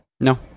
no